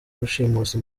rushimusi